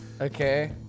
okay